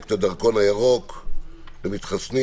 פרויקט 'הדרכון הירוק' למתחסנים